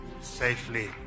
safely